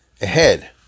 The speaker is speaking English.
ahead